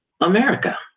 America